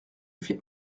fais